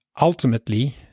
Ultimately